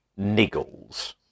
niggles